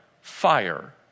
fire